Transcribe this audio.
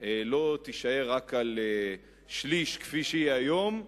לא תישאר רק על שליש כפי שהיא היום,